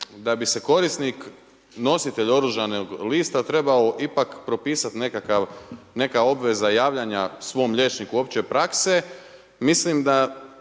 da bi se korisnik, nosite oružanog lista trebao ipak propisat nekakav, neka obveza javljanja svom liječniku opće prakse. Mislim da